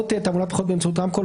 (א)לא תהא תעמולת בחירות באמצעות רמקול,